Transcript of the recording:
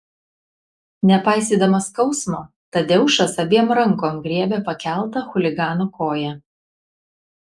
nepaisydamas skausmo tadeušas abiem rankom griebė pakeltą chuligano koją